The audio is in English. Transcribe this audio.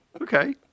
Okay